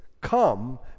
come